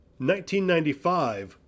1995